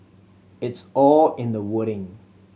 it's all in the wording